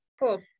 Cool